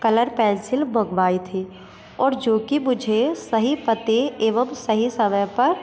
colour pencil मंगवाई थी और जो कि मुझे सही पते एवं सही समय पर